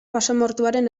basamortuaren